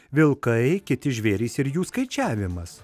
vilkai kiti žvėrys ir jų skaičiavimas